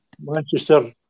Manchester